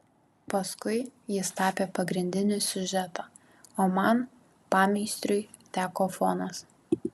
paskui jis tapė pagrindinį siužetą o man pameistriui teko fonas